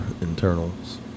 internals